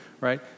right